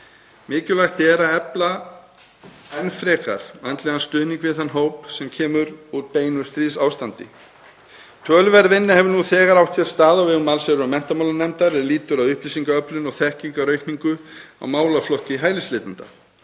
Mikilvægt er að efla enn frekar andlegan stuðning við þann hóp sem kemur úr beinu stríðsástandi. Töluverð vinna hefur nú þegar átt sér stað á vegum allsherjar- og menntamálanefndar er lýtur að upplýsingaöflun og þekkingaraukningu á málaflokki hælisleitenda.